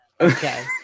Okay